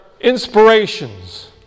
inspirations